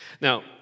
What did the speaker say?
Now